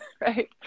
right